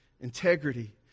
Integrity